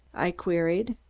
i queried.